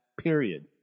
period